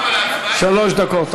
שלוש דקות.